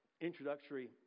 introductory